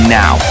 now